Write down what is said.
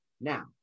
Now